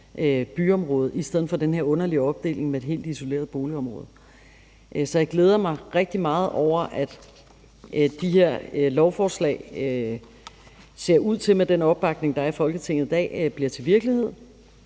byområde i stedet for den her underlige opdeling med et helt isoleret boligområde. Så jeg glæder mig rigtig meget over, at de her lovforslag med den opbakning, der er i Folketinget i dag, ser ud til at blive